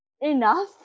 enough